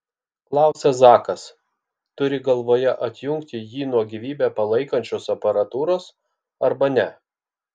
klausia zakas turi galvoje atjungti jį nuo gyvybę palaikančios aparatūros arba ne